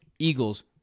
Eagles